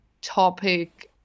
topic